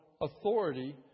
authority